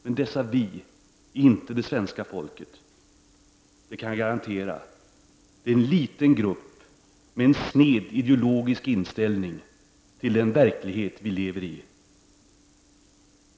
Men dessa ”vi” är inte det svenska folket — det kan jag garantera — utan det är en liten grupp med en sned ideologisk inställning till den verklighet som vi lever i.